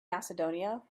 macedonia